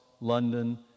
London